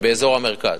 באזור המרכז.